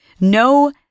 no